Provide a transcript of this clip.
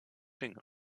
dinge